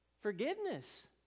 Forgiveness